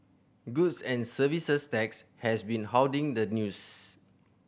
goods and Services Tax has been hoarding the news